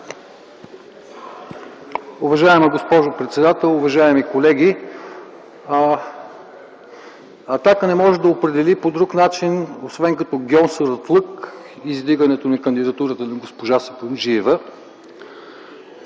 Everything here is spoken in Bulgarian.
Уважаема госпожо председател, уважаеми колеги! „Атака” не може да определи по друг начин, освен като гьонсуратлък издигането на кандидатурата на госпожа Сапунджиева.